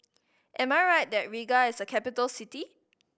am I right that Riga is a capital city